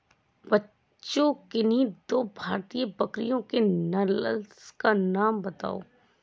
बच्चों किन्ही दो भारतीय बकरियों की नस्ल का नाम बताओ?